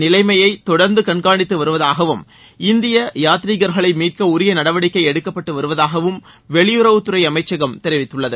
நிலைமையை தொடர்ந்து கண்காணித்து வருவதாகவும் இந்திய யாத்ரிகர்களை இந்திய தூதரகம் மீட்க உரிய நடவடிக்கை எடுக்கப்பட்டு வருவதாகவும் வெளியுறவுத்துறை அமைச்சகம் தெரிவித்துள்ளது